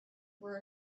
were